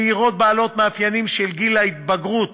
צעירות בעלות מאפיינים של גיל ההתבגרות,